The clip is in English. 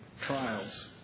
Trials